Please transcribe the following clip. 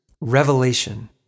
revelation